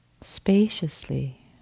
spaciously